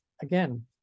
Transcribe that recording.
again